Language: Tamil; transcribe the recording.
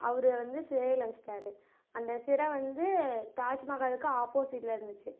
அவரை வந்து சிறையில் வச்சிட்டாரு அந்த சிறை வந்து தாஜ்மஹாலுக்கு ஆப்போசிட்டில் இருந்துச்சு